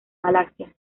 galaxia